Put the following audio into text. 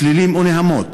צלילים או נהמות,